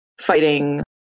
fighting